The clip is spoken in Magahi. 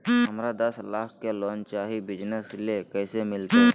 हमरा दस लाख के लोन चाही बिजनस ले, कैसे मिलते?